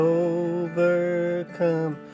overcome